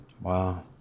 wow